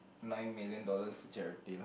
nine million dollars to charity